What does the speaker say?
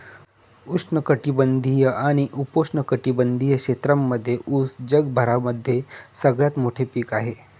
उष्ण कटिबंधीय आणि उपोष्ण कटिबंधीय क्षेत्रांमध्ये उस जगभरामध्ये सगळ्यात मोठे पीक आहे